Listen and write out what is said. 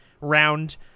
round